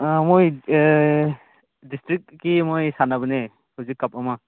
ꯑꯥ ꯃꯣꯏ ꯗꯤꯁꯇ꯭ꯔꯤꯛꯀꯤ ꯃꯣꯏ ꯁꯥꯟꯅꯕꯅꯦ ꯍꯧꯖꯤꯛ ꯀꯞ ꯑꯃ